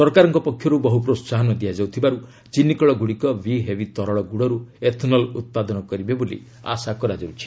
ସରକାରଙ୍କ ପକ୍ଷରୁ ବହୁ ପ୍ରୋସାହନ ଦିଆଯାଉଥିବାରୁ ଚିନିକଳଗୁଡ଼ିକ ବି ହେଭି ତରଳ ଗୁଡ଼ରୁ ଏଥନଲ ଉତ୍ପାଦନ କରିବେ ବୋଲି ଆଶା କରାଯାଉଛି